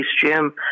Jim